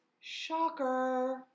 shocker